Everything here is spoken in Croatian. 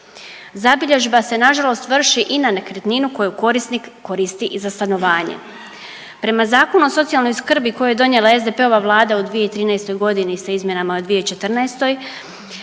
Zabilježba se nažalost vrši i na nekretninu koju korisnik koristi i za stanovanje. Prema Zakonu o socijalnoj skrbi koji je donijela SDP-ova vlada u 2013. godini sa izmjenama u 2014.